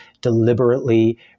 deliberately